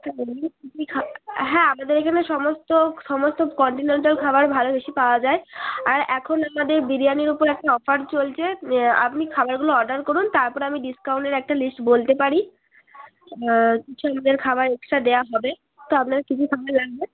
হ্যাঁ বলুন কী কী খাবার হ্যাঁ আমাদের এখানে সমস্ত সমস্ত কন্টিনেন্টাল খাবার ভালো বেশি পাওয়া যায় আর এখন আমাদের বিরিয়ানির ওপর একটা অফার চলছে আপনি খাবারগুলো অর্ডার করুন তারপরে আমি ডিসকাউন্টের একটা লিস্ট বলতে পারি কিছু আমাদের খাবার এক্সট্রা দেওয়া হবে তো আপনার কী কী খাবার লাগবে